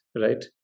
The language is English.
right